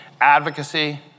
advocacy